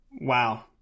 Wow